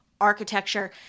architecture